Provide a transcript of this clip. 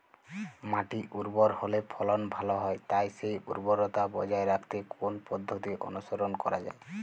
মাটি উর্বর হলে ফলন ভালো হয় তাই সেই উর্বরতা বজায় রাখতে কোন পদ্ধতি অনুসরণ করা যায়?